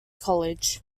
college